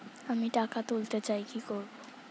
আমি টাকা তুলতে চাই কি করব?